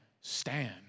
stand